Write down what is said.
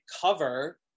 cover